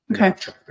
Okay